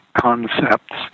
concepts